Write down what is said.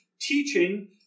teaching